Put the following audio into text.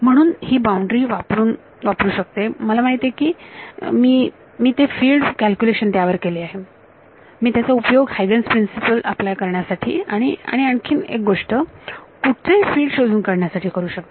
म्हणून ही बाउंड्री वापरून शकते मला माहित आहे कि मी मी ते फिल्ड कॅल्क्युलेशन त्यावर केलेले आहे मी त्याचा उपयोग हायगन्स प्रिन्सिपलHuygen's Principle अप्लाय करण्यासाठी आणि आणि आणखीन एक गोष्ट कुठचेही फील्ड शोधून काढण्या साठी करू शकते